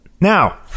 Now